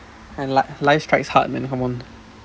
life strikes hard man come on